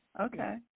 Okay